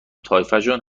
طایفشون